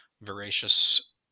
voracious